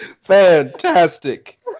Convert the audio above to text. Fantastic